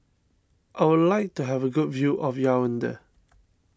I would like to have a good view of Yaounde